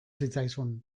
zitzaizun